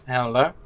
Hello